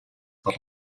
per